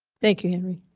thank you henry.